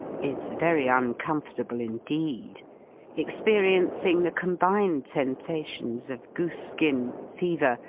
is very uncomfortable, indeed experiencing the combined sensations of goose-skin, fever,